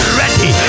ready